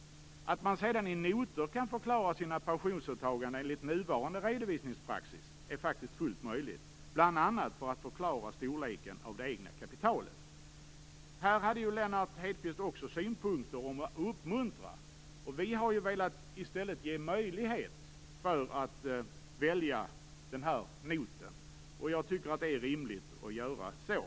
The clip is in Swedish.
Att man i noter kan förklara sina pensionsåtagande är enligt nuvarande redovisningspraxis fullt möjligt bl.a. för att förklara storleken av det egna kapitalet. Här hade Lennart Hedquist synpunkter om att uppmuntra. Vi har i stället velat ge möjlighet att välja den här noten. Jag tycker att det är rimligt att göra så.